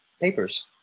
papers